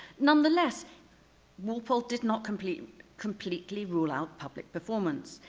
nonetheless walpole did not completely completely rule out public performance.